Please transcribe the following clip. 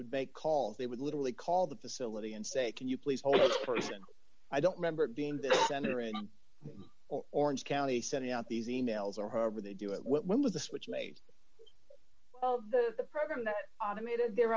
would make calls they would literally call the facility and say can you please hold a person i don't remember being this center in orange county sending out these emails or when they do it when was the switch made well the program that automated their